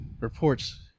reports